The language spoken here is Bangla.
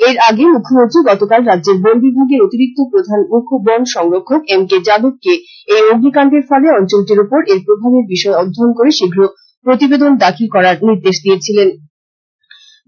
এর আগে মৃখ্যমন্ত্রী গতকাল রাজ্যের বন বিভাগের অতিরিক্ত প্রধান মূখ্য বন সংরক্ষক এম কে যাদবকে এই অগ্নিকান্ডের ফলে অঞ্চলটির ওপর এর প্রভাবের বিষয় অধ্যয়ন করে শীঘ্র প্রতিবেদন দাখিল করার নির্দেশ দিয়েছিলেন